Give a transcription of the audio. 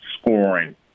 scoring